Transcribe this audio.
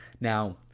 Now